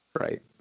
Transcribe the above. Right